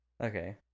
Okay